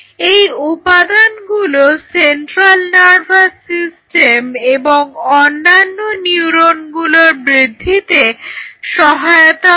এই উপাদানগুলো central nervous system এবং অন্যান্য নিউরনগুলোর বৃদ্ধিতে সহায়তা করে